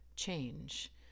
change